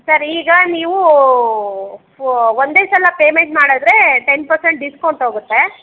sir ಈಗ ನೀವು ಒಂದೇ ಸಲ ಪೇಮೆಂಟ್ ಮಾಡಿದ್ರೆ ಟೆನ್ ಪರ್ಸೆಂಟ್ ಡಿಸ್ಕೌಂಟ್ ಹೋಗುತ್ತೆ